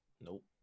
Nope